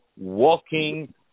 Walking